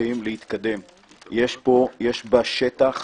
אנחנו בתהליך